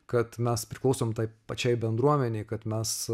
kad mes priklausom tai pačiai bendruomenei kad mes